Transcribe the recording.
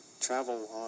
travel